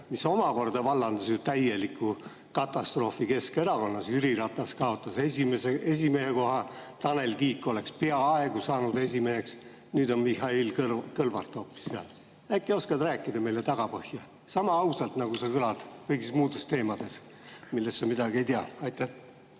mis omakorda vallandas täieliku katastroofi Keskerakonnas. Jüri Ratas kaotas esimehe koha. Tanel Kiik oleks peaaegu saanud esimeheks. Nüüd on Mihhail Kõlvart hoopis. Äkki sa oskad rääkida meile selle tagapõhjast sama ausalt, nagu su [jutt] kõlab kõigi muude teemade puhul, millest sa midagi ei tea? Aitäh,